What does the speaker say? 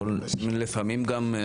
לפעמים גם,